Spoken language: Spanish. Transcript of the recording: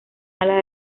ala